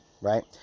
Right